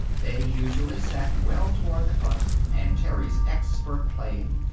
they usually sat well toward the front, and terry's expert playing,